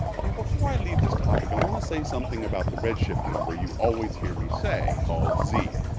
you know before i leave this topic i want to say something about the redshift number you always hear me say, called z.